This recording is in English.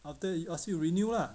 after it ask you renew lah